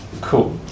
Cool